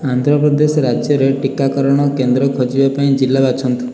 ଆନ୍ଧ୍ରପ୍ରଦେଶ ରାଜ୍ୟରେ ଟୀକାକରଣ କେନ୍ଦ୍ର ଖୋଜିବା ପାଇଁ ଜିଲ୍ଲା ବାଛନ୍ତୁ